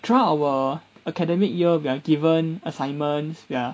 throughout our academic year we are given assignments ya